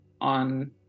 on